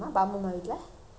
ah நேற்று ராத்திரி:naetru rathiri